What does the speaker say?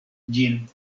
ĝin